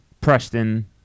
Preston